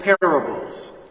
parables